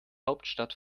hauptstadt